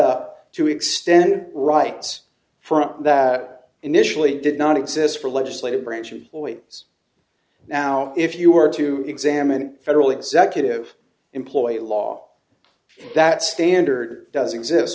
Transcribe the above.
up to extend rights for that initially did not exist for legislative branch employees now if you were to examine federal executive employee law that standard does exist